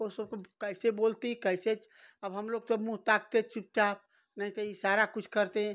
वह सबको कैसे बोलती कैसे अब हमलोग तो मुँह ताकते चुपचाप नहीं तो इशारा कुछ करते हैं